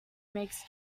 makes